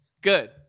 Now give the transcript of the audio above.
good